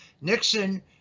Nixon